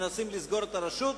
מנסים לסגור את הרשות,